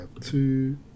two